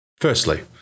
Firstly